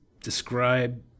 describe